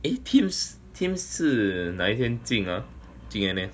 eh tims tims 是哪一天进 ah 进 N_S